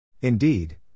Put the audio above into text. Indeed